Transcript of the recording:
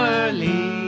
early